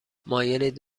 مایلید